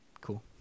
cool